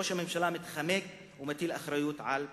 ראש הממשלה מתחמק ומטיל את האחריות על פקידים.